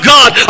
God